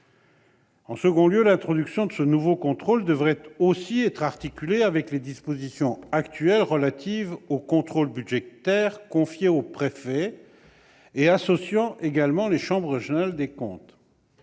ans. Ensuite, l'introduction de ce nouveau contrôle devrait aussi être articulée avec les dispositions actuelles relatives au contrôle budgétaire confié au préfet, et associant également les chambres régionales des comptes.